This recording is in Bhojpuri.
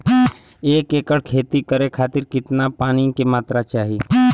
एक एकड़ खेती करे खातिर कितना पानी के मात्रा चाही?